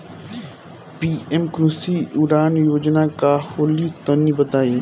PM Krishi Udan Yojana का होला तनि बताई?